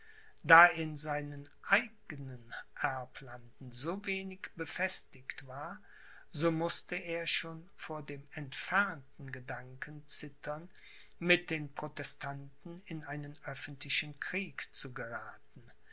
da er in seinen eigenen erblanden so wenig befestigt war so mußte er schon vor dem entfernten gedanken zittern mit den protestanten in einen öffentlichen krieg zu gerathen